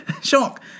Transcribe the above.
Shock